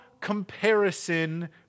comparison